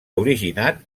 originat